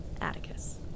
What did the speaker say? Atticus